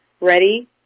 ready